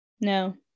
No